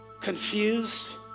confused